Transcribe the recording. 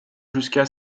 jusqu’à